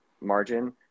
margin